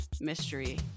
mystery